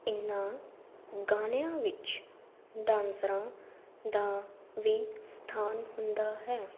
ਇਹਨਾਂ ਗਾਣਿਆਂ ਵਿੱਚ ਡਾਂਸਰਾਂ ਦਾ ਵੀ ਸਥਾਨ ਹੁੰਦਾ ਹੈ